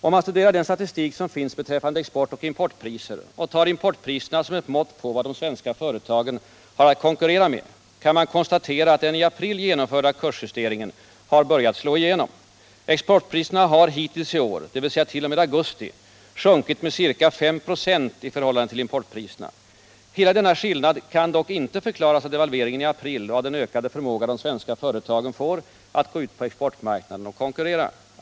Om man studerar den statistik som finns beträffande exportoch importpriser och tar importpriserna som ett mått på vad de svenska företagen har att konkurrera med, kan man konstatera att den i april genomförda kursjusteringen har börjat slå igenom. Exportpriserna har hittills i år, dvs. t.o.m. augusti, sjunkit med ca 5 96 i förhållande till importpriserna. Hela denna skillnad kan dock inte förklaras av devalveringen i april och av den ökade förmåga de svenska företagen får att gå ut på exportmarknaden och konkurrera.